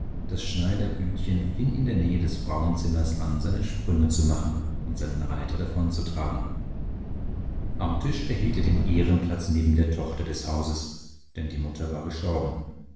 das schneiderblütchen fing in der nähe des frauenzimmers an seine sprünge zu machen und seinen reiter davonzutragen am tisch erhielt er den ehrenplatz neben der tochter des hauses denn die mutter war gestorben